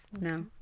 no